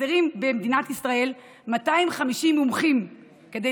חסרים במדינת ישראל 250 מומחים כדי